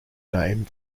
name